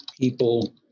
people